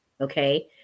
Okay